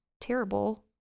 terrible